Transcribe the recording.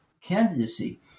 candidacy